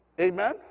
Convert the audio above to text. Amen